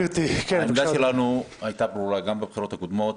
העמדה שלנו הייתה ברורה גם בבחירות הקודמות,